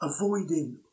Avoiding